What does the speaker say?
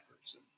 person